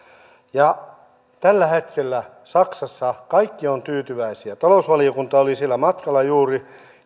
tällä hetkellä saksassa kaikki ovat tyytyväisiä talousvaliokunta oli siellä matkalla juuri